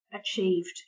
achieved